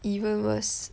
even worse